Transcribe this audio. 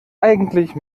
eigentlich